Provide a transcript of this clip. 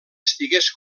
estigués